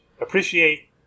appreciate